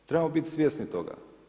Trebamo biti svjesni toga.